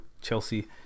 Chelsea